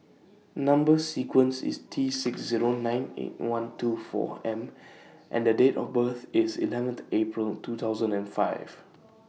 Number sequence IS T six Zero nine eight one two four M and Date of birth IS eleventh April two thousand and five